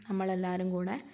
നമ്മളെല്ലാവരും കൂടെ